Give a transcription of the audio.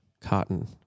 cotton